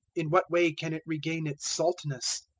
in what way can it regain its saltness?